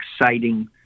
exciting